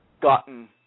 gotten